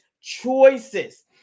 choices